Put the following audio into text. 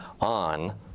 on